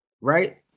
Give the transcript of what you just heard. right